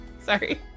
Sorry